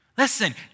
Listen